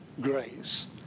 grace